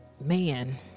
man